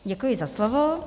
Děkuji za slovo.